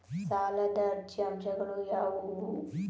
ಸಾಲದ ಅರ್ಜಿಯ ಅಂಶಗಳು ಯಾವುವು?